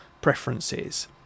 preferences